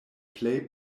plej